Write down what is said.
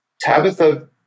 Tabitha